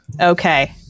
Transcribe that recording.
Okay